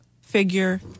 figure